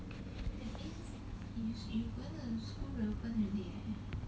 usually reopen already